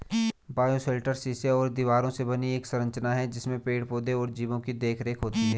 bioshelter शीशे और दीवारों से बनी एक संरचना है जिसमें पेड़ पौधे और जीवो की देखरेख होती है